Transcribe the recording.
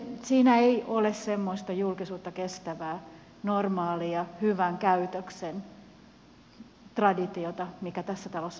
siinä ei ole semmoista julkisuutta kestävää normaalia hyvän käytöksen traditiota mikä tässä talossa pitäisi olla